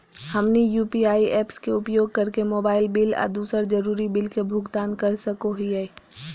हमनी UPI apps के उपयोग करके मोबाइल बिल आ दूसर जरुरी बिल के भुगतान कर सको हीयई